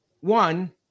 one